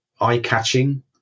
eye-catching